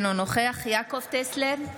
אינו נוכח יעקב טסלר,